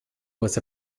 was